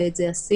ואת זה עשינו,